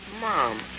Mom